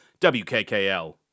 wkkl